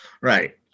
Right